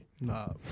No